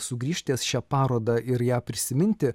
sugrįžt ties šia paroda ir ją prisiminti